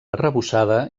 arrebossada